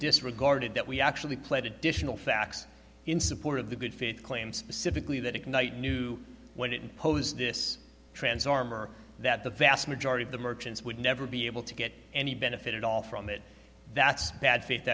disregarded that we actually played additional facts in support of the good faith claim specifically that ignite new when it imposed this trans armor that the vast majority of the merchants would never be able to get any benefit at all from it that's bad faith